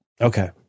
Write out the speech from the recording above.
Okay